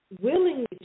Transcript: willingly